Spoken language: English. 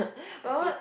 my one